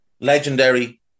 legendary